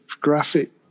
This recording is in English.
graphic